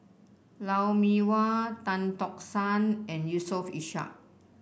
Lou Mee Wah Tan Tock San and Yusof Ishak